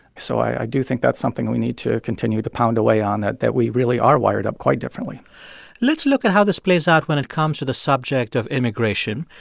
so i do think that's something we need to continue to pound away on that that we really are wired up quite differently let's look at how this plays out when it comes to the subject of immigration.